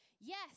Yes